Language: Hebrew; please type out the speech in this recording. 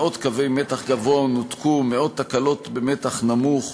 מאות קווי מתח גבוה נותקו, מאות תקלות במתח נמוך.